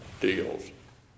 deals